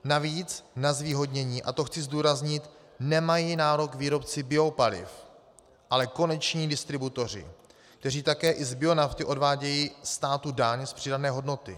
Navíc na zvýhodnění, a to chci zdůraznit, nemají nárok výrobci biopaliv, ale koneční distributoři, kteří také i z bionafty odvádějí státu daň z přidané hodnoty.